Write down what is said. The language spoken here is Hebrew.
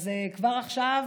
אז כבר עכשיו,